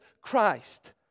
Christ